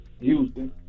Houston